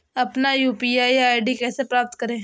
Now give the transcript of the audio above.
अपना UPI ID कैसे प्राप्त करें?